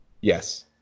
Yes